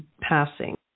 passing